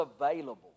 available